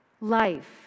life